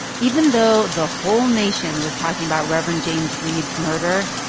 even though the whole nation was talking about reverend james reeb's murder,